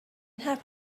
حرف